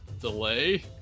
Delay